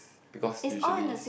because usually is